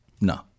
No